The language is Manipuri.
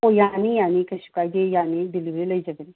ꯑꯣ ꯌꯥꯅꯤ ꯌꯥꯅꯤ ꯀꯩꯁꯨ ꯀꯥꯏꯗꯦ ꯌꯥꯅꯤ ꯗꯤꯂꯤꯕꯔꯤ ꯂꯩꯖꯒꯅꯤ